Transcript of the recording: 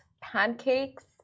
pancakes